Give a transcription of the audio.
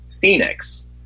Phoenix